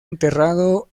enterrado